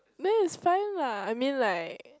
then it's fine lah I mean like